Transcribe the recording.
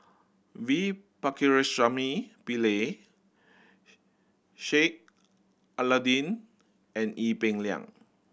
V Pakirisamy Pillai Sheik Alau'ddin and Ee Peng Liang